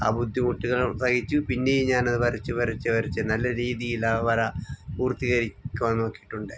ആ ബുദ്ധിമുട്ടുകൾ സഹിച്ചു പിന്നെയും ഞാനത് വരച്ച് വരച്ച് വരച്ച് നല്ല രീതിയിലാ വര പൂർത്തീകരിക്കുവാൻ നോക്കിയിട്ടുണ്ട്